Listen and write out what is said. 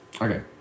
Okay